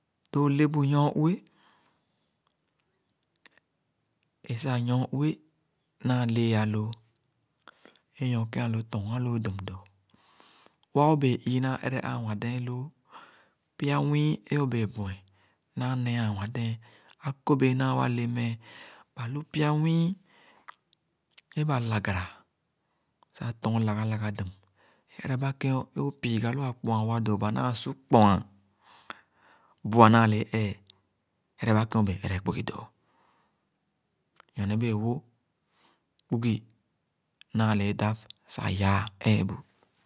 Lo õle bu nyor-ue é sah nyor-ue naa lẽẽ loo é nyor ké alo tɔɔn aloo dum do, wa obee ii naa ẽrẽ ó awãdẽẽn loo, pya nwii é õ bee bu-en naa neh ã awãdẽẽn, akõbẽẽ nãã wa lo méh, ba lu pya nwii é ba lagara sah tɔɔn laga laga dum, ereba keh õ piiga lo-a kpoa-wa dõ ba su kpoa, bua nãã lee, ẽẽ, ereba kẽn õ bee ere. Kpugi dõ. Nyorne bẽẽ-wo, kpngi naa le-e edap yaa ẽẽbu.